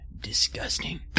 disgusting